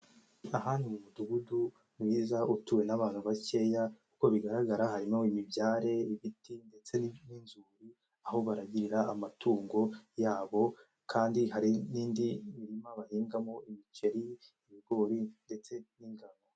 Aha ni mu mudugudu mwiza utuwe n'abantu bakeya uko bigaragara harimo imibyare, ibiti ndetse n'inzuri aho baragirira amatungo yabo kandi hari n'indi mirima bahingamo imiceri, ibigori ndetse n'ingano.